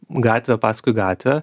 gatvę paskui gatvę